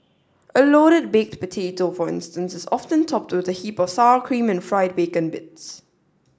a loaded baked potato for instance is often topped with a heap of sour cream and fried bacon bits